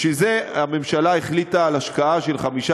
בשביל זה הממשלה החליטה על השקעה של 15